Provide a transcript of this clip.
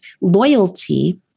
loyalty